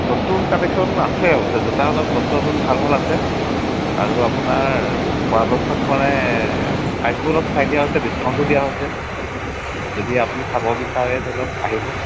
নতুন কালেকশ্যন আছে অৱশ্যে জোতা অলপ নতুন নতুন ভাল ভাল আছে আৰু আপোনাৰ পৰাপেক্ষত মানে প্ৰাইচবোৰ অলপ চাই দিয়া হৈছে ডিছকাউণ্টটো দিয়া হৈছে যদি আপুনি চাব বিচাৰে ধৰি লওক আহিব